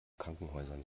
krankenhäusern